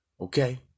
Okay